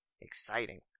Exciting